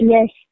Yes